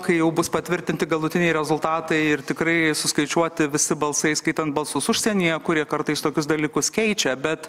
kai jau bus patvirtinti galutiniai rezultatai ir tikrai suskaičiuoti visi balsai įskaitant balsus užsienyje kurie kartais tokius dalykus keičia bet